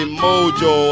mojo